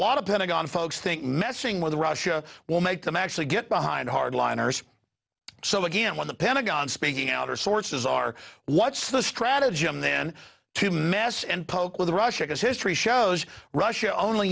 lot of pentagon folks think messing with russia will make them actually get behind hardliners so again when the pentagon speaking out or sources are what's the strategy and then to mass and poke with russia's history shows russia only